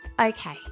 Okay